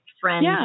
friend